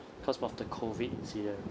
cause of the COVID incident